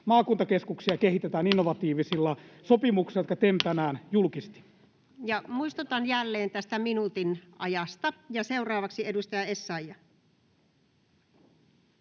maakuntakeskuksia kehitetään innovatiivisilla sopimuksilla, jotka teemme tänään julkisesti. Ja muistutan jälleen tästä minuutin ajasta. — Seuraavaksi edustaja Essayah.